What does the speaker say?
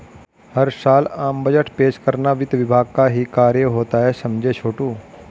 हर साल आम बजट पेश करना वित्त विभाग का ही कार्य होता है समझे छोटू